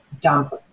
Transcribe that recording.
dump